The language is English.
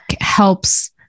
helps